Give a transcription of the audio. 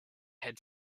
had